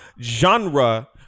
genre